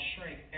shrink